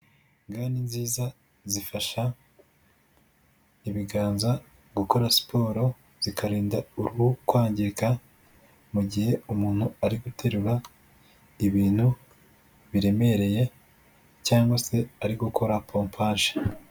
Ga ni nziza zifasha ibiganza gukora siporo, zikarinda uruhu kwangirika mu gihe umuntu ari guterura ibintu biremereye cyangwa se ari gukora pompaje.